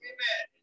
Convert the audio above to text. Amen